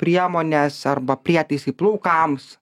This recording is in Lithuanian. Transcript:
priemonės arba prietaisai plaukams